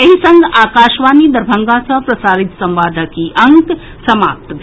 एहि संग आकाशवाणी दरभंगा सँ प्रसारित संवादक ई अंक समाप्त भेल